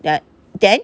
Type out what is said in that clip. ya then